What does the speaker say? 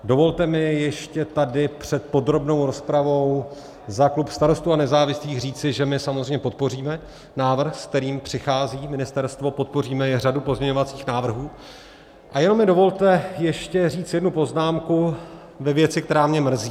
Dovolte mi ještě tady před podrobnou rozpravou za klub Starostů a nezávislých říci, že my samozřejmě podpoříme návrh, se kterým přichází ministerstvo, podpoříme i řadu pozměňovacích návrhů, a jenom mi dovolte ještě říct jednu poznámku ve věci, která mě mrzí.